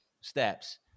steps